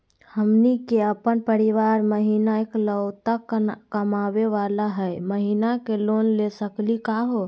हमनी के अपन परीवार महिना एकलौता कमावे वाला हई, हमनी के लोन ले सकली का हो?